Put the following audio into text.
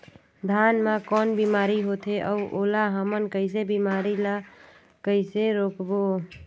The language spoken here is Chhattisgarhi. धान मा कौन बीमारी होथे अउ ओला हमन कइसे बीमारी ला कइसे रोकबो?